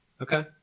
Okay